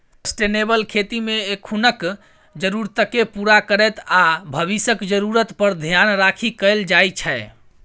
sustainable खेतीमे एखनुक जरुरतकेँ पुरा करैत आ भबिसक जरुरत पर धेआन राखि कएल जाइ छै